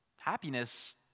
Happiness